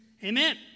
Amen